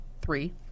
three